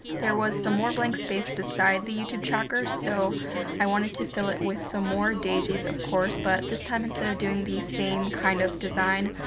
there was some more blank space beside the youtube tracker so i wanted to fill it with so more daisies, of course, but this time instead of doing the same kinda kind of design,